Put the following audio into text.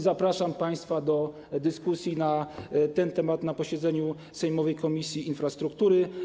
Zapraszam państwa do dyskusji na ten temat na posiedzeniu sejmowej Komisji Infrastruktury.